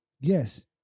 yes